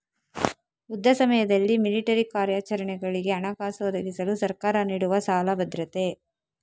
ಯುದ್ಧ ಸಮಯದಲ್ಲಿ ಮಿಲಿಟರಿ ಕಾರ್ಯಾಚರಣೆಗಳಿಗೆ ಹಣಕಾಸು ಒದಗಿಸಲು ಸರ್ಕಾರ ನೀಡುವ ಸಾಲ ಭದ್ರತೆ